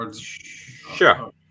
Sure